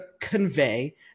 convey